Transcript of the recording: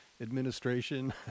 administration